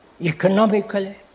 economically